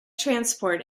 transport